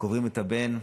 כשקוברים את הבן,